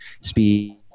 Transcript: speed